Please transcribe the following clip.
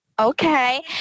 okay